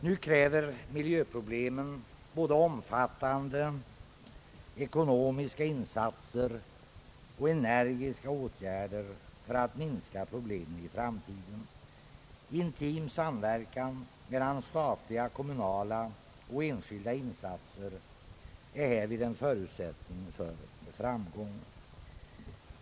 Nu kräver miljöproblemen både omfattande ekonomiska insatser och energiska åtgärder för att minska deras vådor i framtiden, Intim samverkan mellan statliga, kommunala och enskilda insatser är härvid en förutsättning för framgång.